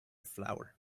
flower